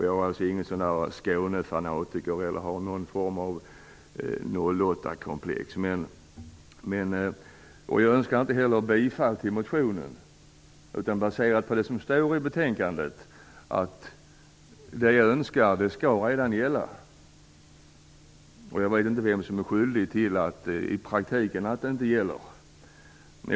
Jag är alltså ingen Skånefanatiker, och jag har inte något 08-komplex. Jag önskar inte heller bifall till motionen. Enligt vad som står i betänkandet skall det jag önskar redan gälla. Jag vet inte vem som är skyldig till att det inte gäller i praktiken.